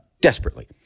desperately